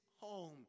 home